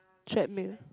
threadmill